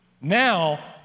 now